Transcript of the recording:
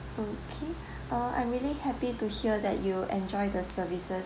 okay uh I'm really happy to hear that you enjoy the services